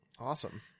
Awesome